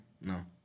no